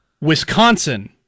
Wisconsin